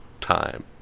time